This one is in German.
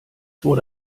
wurde